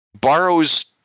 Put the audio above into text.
borrows